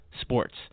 sports